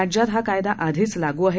राज्यात हा कायदा आधीच लागू आहे